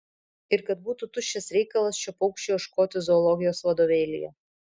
ir kad būtų tuščias reikalas šio paukščio ieškoti zoologijos vadovėlyje